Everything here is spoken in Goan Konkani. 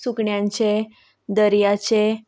सुकण्यांचे दर्याचे